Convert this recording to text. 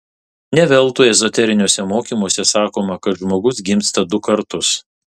ne veltui ezoteriniuose mokymuose sakoma kad žmogus gimsta du kartus